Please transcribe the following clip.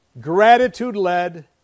gratitude-led